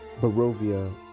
Barovia